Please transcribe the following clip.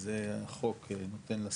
אז החוק נותן לשר,